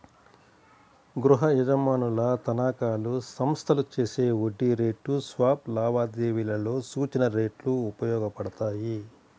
గృహయజమానుల తనఖాలు, సంస్థలు చేసే వడ్డీ రేటు స్వాప్ లావాదేవీలలో సూచన రేట్లు ఉపయోగపడతాయి